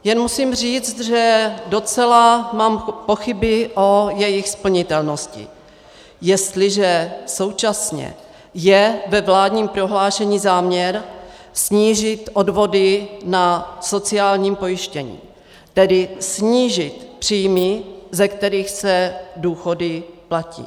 Jen musím říct, že mám docela pochyby o jejich splnitelnosti, jestliže současně je ve vládním prohlášení záměr snížit odvody na sociálním pojištění, tedy snížit příjmy, ze kterých se důchody platí.